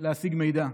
להשיג מידע,